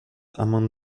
among